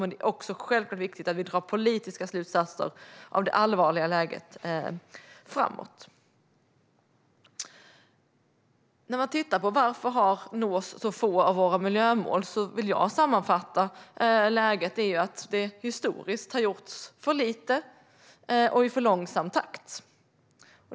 Men det är självklart viktigt att vi också drar politiska slutsatser framöver av det allvarliga läget. När det gäller att så få av våra miljömål nås vill jag sammanfatta läget med att det historiskt har gjorts för lite och i för långsam takt.